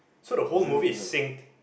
so the whole movie is synced